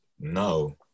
no